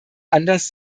anders